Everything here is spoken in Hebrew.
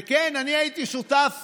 וכן, אני הייתי שותף